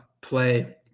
play